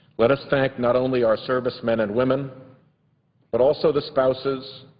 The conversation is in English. let us thank not only our servicemen and women but also the spouses,